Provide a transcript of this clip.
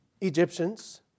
Egyptians